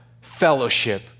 fellowship